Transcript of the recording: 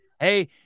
Hey